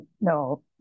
no